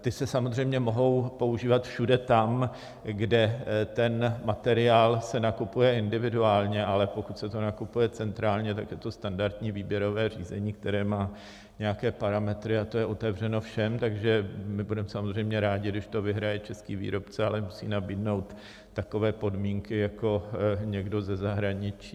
Ty se samozřejmě mohou používat všude tam, kde se ten materiál nakupuje individuálně, ale pokud se to nakupuje centrálně, tak je to standardní výběrové řízení, které má nějaké parametry, a to je otevřeno všem, takže my budeme samozřejmě rádi, když to vyhraje český výrobce, ale musí nabídnout takové podmínky jako někdo ze zahraničí.